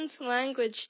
language